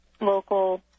local